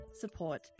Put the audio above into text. support